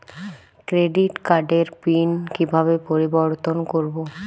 Credit কার্ডের pin কিভাবে পরিবর্তন করবো?